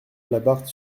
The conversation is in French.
labarthe